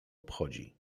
obchodzi